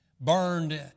Burned